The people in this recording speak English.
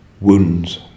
Wounds